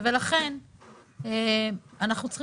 אז כמה אמרת שירדו?